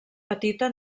petita